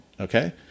Okay